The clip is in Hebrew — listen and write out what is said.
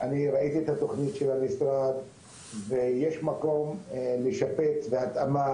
אני ראיתי את התוכנית של המשרד ויש מקום לשפץ בהתאמה